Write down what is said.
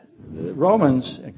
Romans